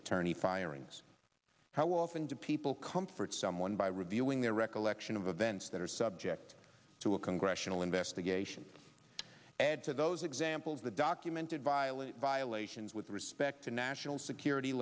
attorney firings how often do people comfort someone by revealing their recollection of events that are subject to a congressional investigation and to those examples the documented violent violations with respect to national security